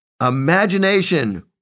Imagination